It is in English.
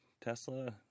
Tesla